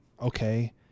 okay